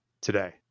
today